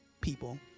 people